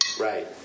Right